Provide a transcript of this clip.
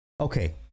Okay